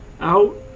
out